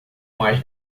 mais